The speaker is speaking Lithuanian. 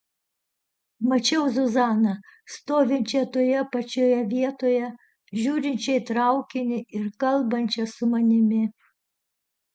mačiau zuzaną stovinčią toje pačioje vietoje žiūrinčią į traukinį ir kalbančią su manimi